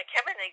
Kevin